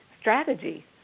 strategy